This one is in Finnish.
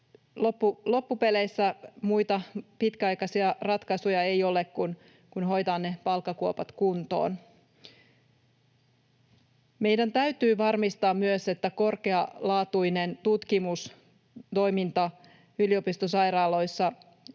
loppupeleissä muita pitkäaikaisia ratkaisuja ei ole kuin hoitaa ne palkkakuopat kuntoon. Meidän täytyy varmistaa myös, että korkealaatuinen tutkimustoiminta yliopistosairaaloissa